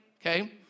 okay